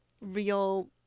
real